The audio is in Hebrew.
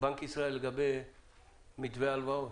ישראל לגבי מתווה ההלוואות.